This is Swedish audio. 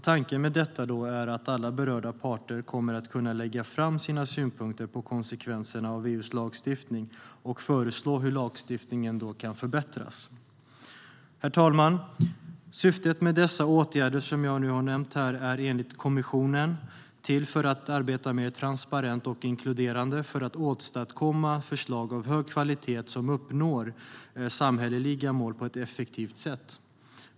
Tanken med detta är att alla berörda parter kommer att kunna lägga fram sina synpunkter på konsekvenserna av EU:s lagstiftning och föreslå hur lagstiftningen kan förbättras. Herr talman! Syftet med de åtgärder som jag nu har nämnt är enligt kommissionen att man ska arbeta mer transparent och inkluderande för att åstadkomma förslag av hög kvalitet som uppnår samhälleliga mål på ett effektivt sätt.